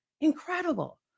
Incredible